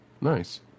Nice